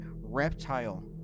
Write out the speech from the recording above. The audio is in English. reptile